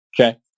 Okay